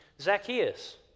Zacchaeus